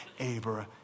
Abraham